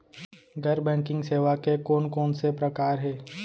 गैर बैंकिंग सेवा के कोन कोन से प्रकार हे?